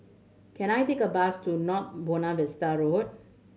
can I take a bus to North Buona Vista Road